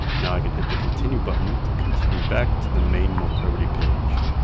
now i can hit the continue button to continue back to the main molprobity page.